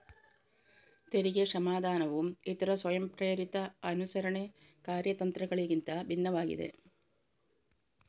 ತೆರಿಗೆ ಕ್ಷಮಾದಾನವು ಇತರ ಸ್ವಯಂಪ್ರೇರಿತ ಅನುಸರಣೆ ಕಾರ್ಯತಂತ್ರಗಳಿಗಿಂತ ಭಿನ್ನವಾಗಿದೆ